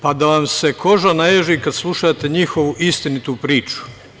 Pa, da vam se koža naježi kad slušate njihovu istinitu priču.